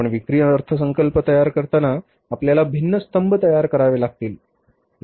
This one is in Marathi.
आपण विक्री अर्थसंकल्प तयार करताना आपल्याला भिन्न स्तंभ तयार करावे लागतील बरोबर